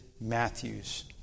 Matthews